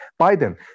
Biden